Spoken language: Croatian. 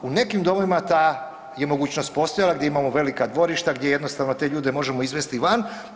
U nekim domovima ta je mogućnost postojala gdje imamo velika dvorišta, gdje jednostavno te ljude možemo izvesti van.